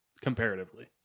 comparatively